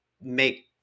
make